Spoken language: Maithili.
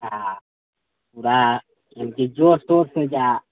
आ पूरा जोर शोरसँ जा